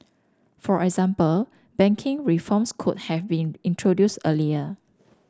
for example banking reforms could have been introduced earlier